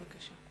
בבקשה.